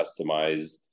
customize